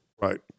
Right